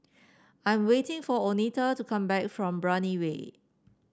I am waiting for Oneta to come back from Brani Way